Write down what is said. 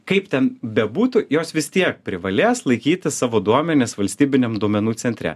kaip ten bebūtų jos vis tiek privalės laikyti savo duomenis valstybiniam duomenų centre